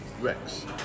Rex